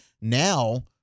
Now